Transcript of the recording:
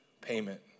payment